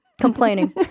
complaining